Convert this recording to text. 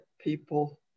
people